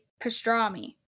pastrami